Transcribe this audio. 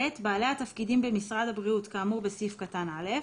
(ב)בעלי התפקידים במשרד הבריאות כאמור בסעיף קטן (א)